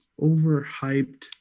overhyped